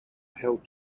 held